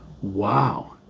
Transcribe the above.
Wow